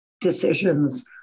decisions